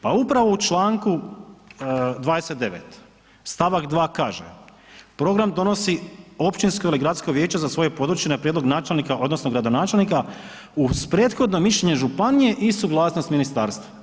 Pa upravo u članku 29. stavak 2. kaže: „Program donosi općinsko ili gradsko vijeće za svoje područje na prijedlog načelnika odnosno gradonačelnika uz prethodno mišljenje županije i suglasnost ministarstva“